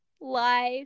life